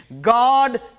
God